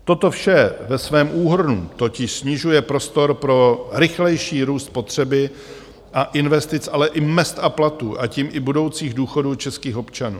Toto vše ve svém úhrnu totiž snižuje prostor pro rychlejší růst potřeby (?) a investic, ale i mezd a platů, a tím i budoucích důchodů českých občanů.